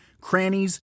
crannies